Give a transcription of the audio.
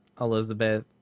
Elizabeth